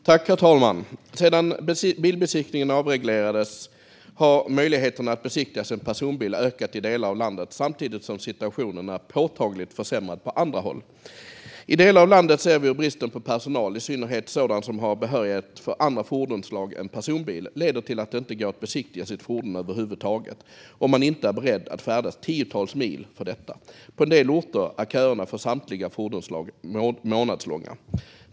Herr talman! Sedan bilbesiktningen avreglerades har möjligheterna att besiktiga sin personbil ökat i delar av landet samtidigt som situationen påtagligt har försämrats på andra håll. I delar av landet ser vi hur bristen på personal, i synnerhet sådan som har behörighet för andra fordonsslag än personbil, gör att det inte går att få sitt fordon besiktigat över huvud taget om man inte är beredd att färdas tiotals mil för detta. På en del orter är kötiderna för samtliga fordonsslag månadslånga.